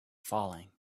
falling